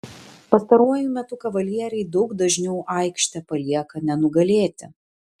pastaruoju metu kavalieriai daug dažniau aikštę palieka nenugalėti